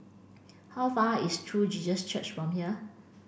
how far is True Jesus Church from here